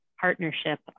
partnership